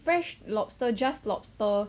fresh lobster just lobster